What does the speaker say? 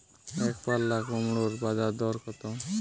একপাল্লা কুমড়োর বাজার দর কত?